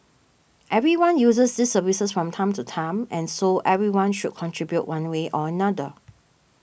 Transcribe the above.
everyone uses these services from time to time and so everyone should contribute one way or another